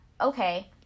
okay